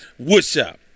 woodshop